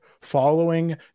Following